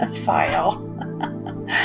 file